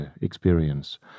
experience